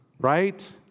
Right